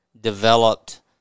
developed